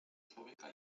człowieka